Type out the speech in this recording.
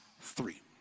three